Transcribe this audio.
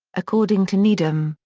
according to needham,